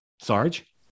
Sarge